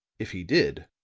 if he did,